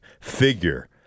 figure